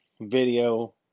video